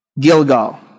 Gilgal